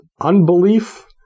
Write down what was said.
unbelief